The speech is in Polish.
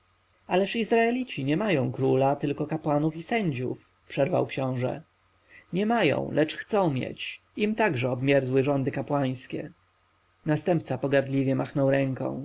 ależ izraelici nie mają króla tylko kapłanów i sędziów przerwał książę nie mają lecz chcą mieć im także obmierzły rządy kapłańskie następca pogardliwie machnął ręką